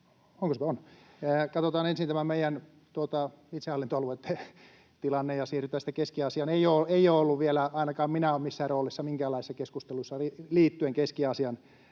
ensin nyt katsotaan meidän itsehallintoaluetilanne ja siirrytään sitten Keski-Aasiaan. Ei ole ollut vielä, ainakaan minä en ole ollut missään roolissa minkäänlaisessa keskustelussa liittyen Keski-Aasian